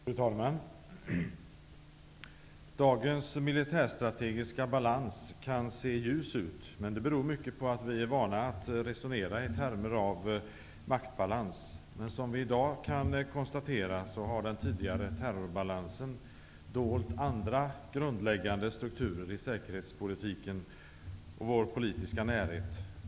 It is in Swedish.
Fru talman! Dagens militärstrategiska balans kan se ljus ut. Men det beror mycket på att vi är vana vid att resonera i termer av maktbalans. I dag kan vi konstatera att den tidigare terrorbalansen har dolt andra grundläggande strukturer i säkerhetspolitiken och vår politiska närhet.